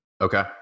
Okay